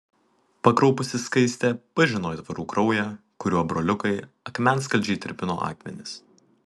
pakraupusi skaistė pažino aitvarų kraują kuriuo broliukai akmenskaldžiai tirpino akmenis